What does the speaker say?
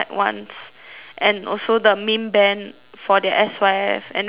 and also the main band for their S_Y_F and then I was